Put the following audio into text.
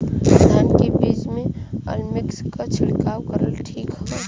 धान के बिज में अलमिक्स क छिड़काव करल ठीक ह?